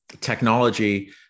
technology